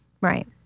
Right